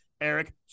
Eric